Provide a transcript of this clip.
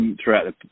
throughout